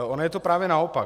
Ono je to právě naopak.